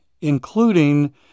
including